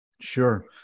Sure